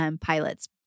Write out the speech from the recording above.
pilots